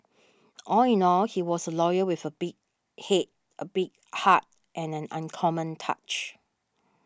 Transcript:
all in all he was a lawyer with a big head a big heart and an uncommon touch